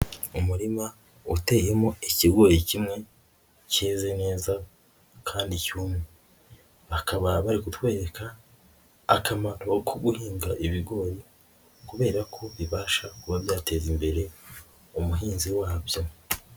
Umurima uteyemo ikigori kimwe cyeze neza kandi cyumye, bakaba bari kutwereka akamaro ko guhinga ibigori kubera ko bibasha kuba byateza imbere umuhinzi wabyo.